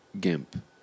Gimp